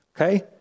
okay